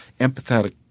empathetic